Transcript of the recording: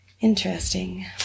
Interesting